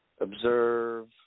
observe